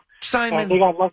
Simon